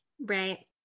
right